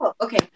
Okay